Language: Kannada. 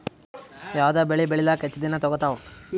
ಯಾವದ ಬೆಳಿ ಬೇಳಿಲಾಕ ಹೆಚ್ಚ ದಿನಾ ತೋಗತ್ತಾವ?